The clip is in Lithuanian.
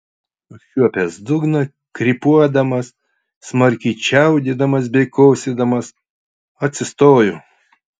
užčiuopęs dugną krypuodamas smarkiai čiaudėdamas bei kosėdamas atsistojau